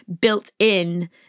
built-in